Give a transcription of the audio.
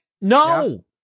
no